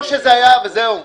תשאיר את זה כמו שזה היה, וזהו.